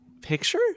...picture